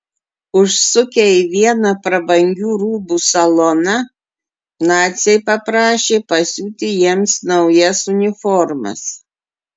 užsukę į vieną prabangių rūbų saloną naciai paprašė pasiūti jiems naujas uniformas